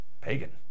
pagan